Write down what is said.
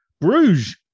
Bruges